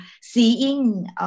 seeing